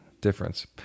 difference